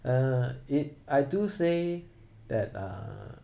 uh it I do say that uh